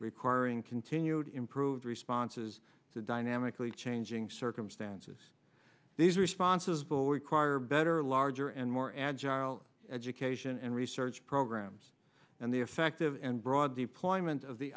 requiring continued improved responses to dynamically changing circumstances these responses will require better larger and more agile education and research programs and the effective and broad deployment of the